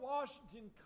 Washington